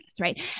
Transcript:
right